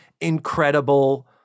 incredible